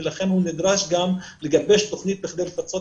ולכן הוא נדרש גם לגבש תכנית כדי לפצות